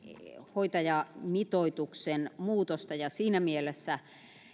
hoitajamitoituksen muutosta ja siinä mielessä